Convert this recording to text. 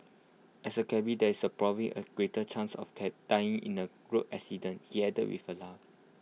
as A cabby there is probably A greater chance of take dying in A road accident he added with A laugh